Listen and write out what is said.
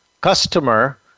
customer